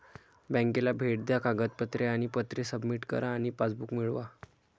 बँकेला भेट द्या कागदपत्रे आणि पत्रे सबमिट करा आणि पासबुक मिळवा